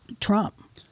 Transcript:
Trump